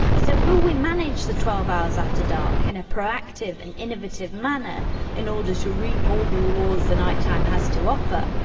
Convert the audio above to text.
so will we manage the twelve hours after dark in a proactive and innovative manner in order to reap all of the rewards the night-time has to offer?